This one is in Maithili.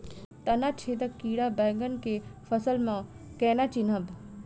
तना छेदक कीड़ा बैंगन केँ फसल म केना चिनहब?